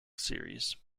series